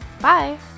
Bye